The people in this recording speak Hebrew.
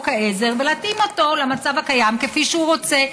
העזר ולהתאים אותו למצב הקיים כפי שהוא רוצה.